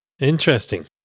Interesting